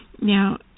Now